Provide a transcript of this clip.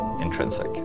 intrinsic